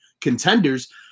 contenders